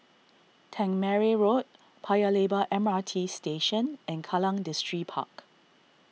Tangmere Road Paya Lebar M R T Station and Kallang Distripark